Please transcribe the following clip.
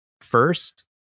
first